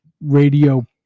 radio